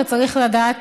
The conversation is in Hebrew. וצריך לדעת